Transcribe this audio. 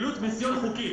פעילות מיסיון חוקית.